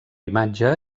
imatge